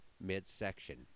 midsection